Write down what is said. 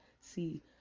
see